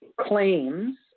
claims